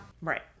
Right